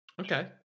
Okay